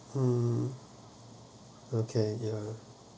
mm okay ya uh